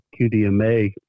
QDMA